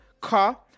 car